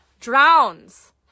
drowns